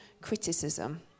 criticism